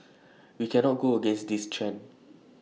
we cannot go against this trend